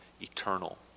eternal